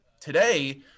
today